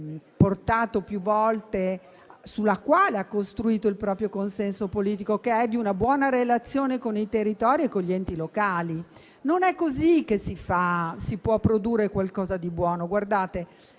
Lega in questi anni ha costruito il proprio consenso politico, che è di una buona relazione con il territorio e con gli enti locali. Non è così che si può produrre qualcosa di buono.